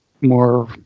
more